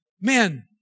man